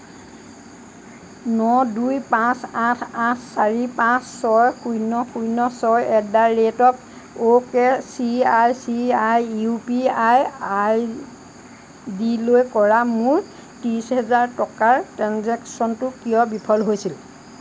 ন দুই পাঁচ আঠ আঠ চাৰি পাঁচ ছয় শূন্য শূন্য ছয় at the rate of O K C I C I U P I I ডিলৈ কৰা মোৰ ত্ৰিছ হাজাৰ টকাৰ ট্ৰেঞ্জেক্শ্য়নটো কিয় বিফল হৈছিল